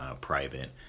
Private